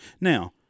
Now